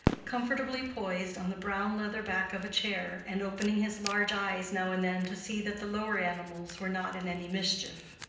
comfortably poised on the brown leather back of a chair, and opening his large eyes now and then to see that the lower animals were not in any mischief.